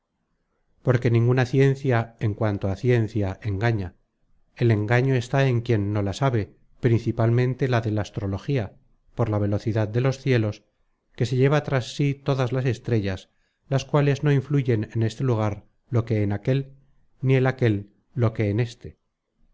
porque ninguna ciencia en cuanto a ciencia engaña el engaño está en quien no la sabe principalmente la del astrología por la velocidad de los cielos que se lleva tras sí todas las estrellas las cuales no influyen en este lugar lo que en aquel ni en aquel lo que en éste